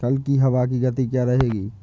कल की हवा की गति क्या रहेगी?